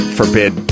forbid